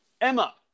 Emma